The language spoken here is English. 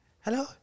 Hello